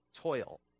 toil